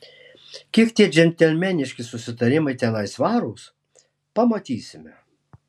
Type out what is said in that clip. kiek tie džentelmeniški susitarimai tenai svarūs pamatysime